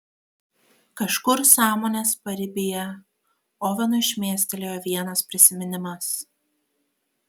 kažkur sąmonės paribyje ovenui šmėstelėjo vienas prisiminimas